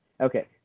Okay